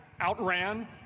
outran